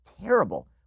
terrible